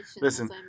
listen